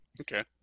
Okay